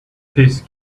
peace